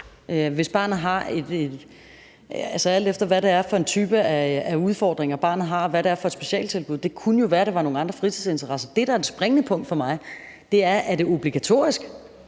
gik til fodbold, altså alt efter, hvad det er for en type af udfordringer, barnet har, og hvad det er for et specialtilbud, det handler om; det kunne jo være, det var nogle andre fritidsinteresser. Det, der er det springende punkt for mig, er, om det er obligatorisk.